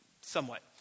somewhat